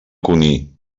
cunit